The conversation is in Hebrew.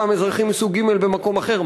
פעם אזרחים מסוג ג' במקום אחר,